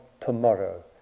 tomorrow